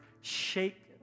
shake